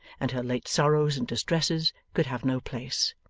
and her late sorrows and distresses could have no place.